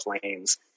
planes